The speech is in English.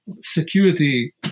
security